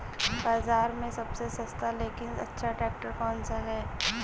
बाज़ार में सबसे सस्ता लेकिन अच्छा ट्रैक्टर कौनसा है?